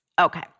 Okay